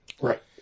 Right